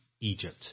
Egypt